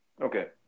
Okay